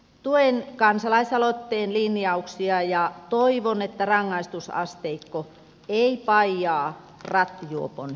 tuen kansalaisaloitteen linjauksia ja toivon että rangaistusasteikko ei paijaa rattijuopon käyttäytymistä